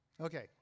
Okay